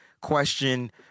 question